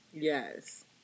yes